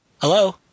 Hello